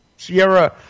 Sierra